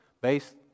based